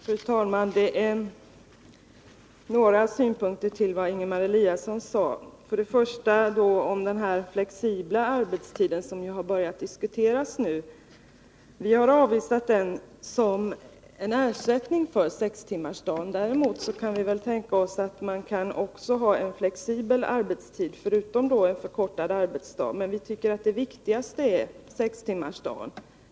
Fru talman! Jag vill anföra några synpunkter med anledning av vad Ingemar Eliasson sade. Jag skall till att börja med beröra den flexibla arbetstiden, som har börjat diskuteras nu. Vi har avvisat den såsom ersättning för 6-timmarsdagen. Däremot kan vi tänka oss att man kan ha flexibel arbetstid, förutom förkortad arbetsdag. Men vi anser att det viktigaste är 6-timmarsdagen.